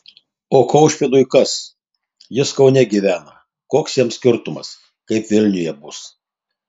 o kaušpėdui kas jis kaune gyvena koks jam skirtumas kaip vilniuje bus